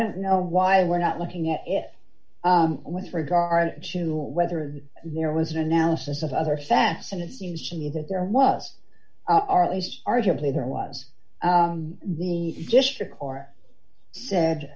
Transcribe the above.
don't know why we're not looking at it with regard to whether there was an analysis of other facts and it seems to me that there was are at least arguably there was the district court said